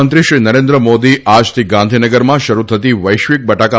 પ્રધાનમંત્રી શ્રી નરેન્દ્ર મોદી આજથી ગાંધીનગરમાં શરૂ થતી વૈશ્વિક બટાકા